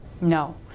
No